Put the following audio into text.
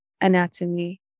Anatomy